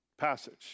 Passage